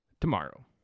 tomorrow